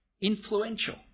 influential